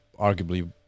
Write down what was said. arguably